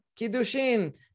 Kiddushin